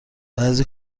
بعضی